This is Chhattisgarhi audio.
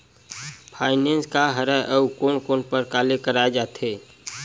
फाइनेंस का हरय आऊ कोन कोन प्रकार ले कराये जाथे?